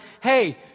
Hey